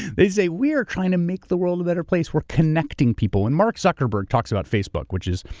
they say we're trying to make the world a better place. we're connecting people. when mark zuckerberg talks about facebook, which is,